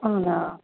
అవునా